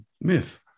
myth